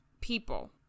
people